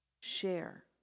share